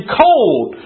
cold